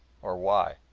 or why.